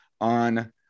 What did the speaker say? on